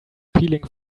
peeling